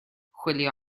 chwilio